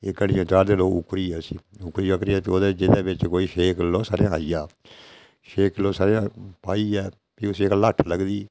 एह् घड़ियां चाढदे लोक उक्करियै उस्सी उक्करियै जेह्दे बिच्च कोई छे किल्लो सरयां आई जा छे किल्लो सरयां पाइयै फ्ही उस्सी लगदी